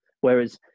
whereas